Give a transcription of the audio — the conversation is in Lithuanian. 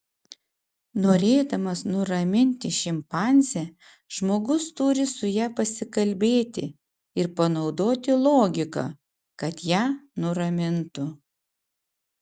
norėdamas nuraminti šimpanzę žmogus turi su ja pasikalbėti ir panaudoti logiką kad ją nuramintų